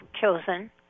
chosen